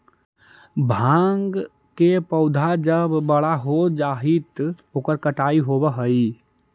भाँग के पौधा जब बड़ा हो जा हई त ओकर कटाई होवऽ हई